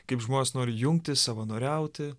kaip žmonės nori jungtis savanoriauti